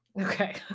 Okay